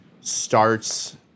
starts